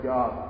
God